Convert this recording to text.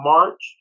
March